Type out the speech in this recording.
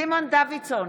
סימון דוידסון,